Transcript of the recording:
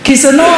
כי זה נוח.